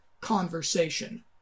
conversation